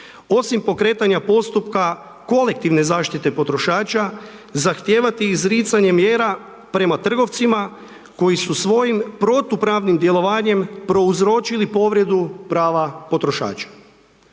osim pokretanja postupka kolektivne zaštite potrošača zahtijevati izricanje mjera prema trgovcima koji su svojim protupravnim djelovanjem prouzročili prava potrošača.